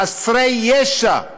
חסרי הישע.